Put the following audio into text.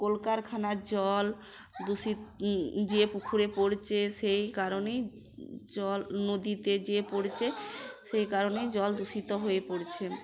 কলকারখানার জল দূষিত যে পুকুরে পড়ছে সেই কারণেই জল নদীতে যেয়ে পড়ছে সেই কারণেই জল দূষিত হয়ে পড়ছে